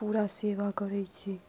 पूरा सेवा करै छी